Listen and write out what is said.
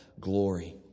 glory